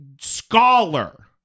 scholar